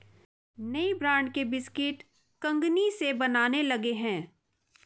नए ब्रांड के बिस्कुट कंगनी से बनने लगे हैं